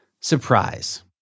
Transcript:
surprise